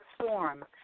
storm